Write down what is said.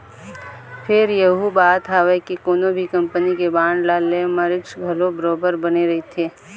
फेर यहूँ बात हवय के कोनो भी कंपनी के बांड ल ले म रिस्क घलोक बरोबर बने रहिथे